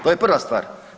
To je prva stvar.